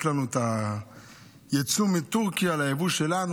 לנו את היבוא מטורקיה ואת היצוא שלנו.